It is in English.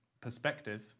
perspective